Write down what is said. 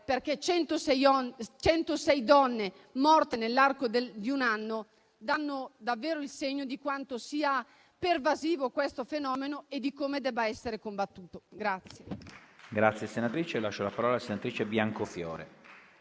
Le 106 donne morte nell'arco di un anno danno davvero il segno di quanto sia pervasivo il fenomeno e di come debba essere combattuto.